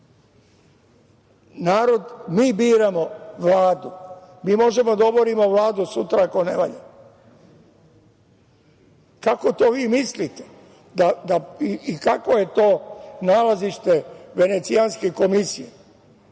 nije. Mi biramo vladu, mi možemo da oborimo vladu sutra ako ne valja. Kako vi to mislite? Kako je to nalazište Venecijanske komisije